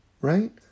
right